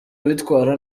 abitwara